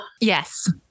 Yes